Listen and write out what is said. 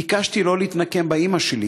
ביקשתי לא להתנקם באימא שלי,